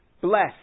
Bless